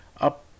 Up